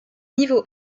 niveau